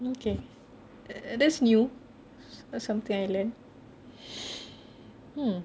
okay that's new something I learn hmm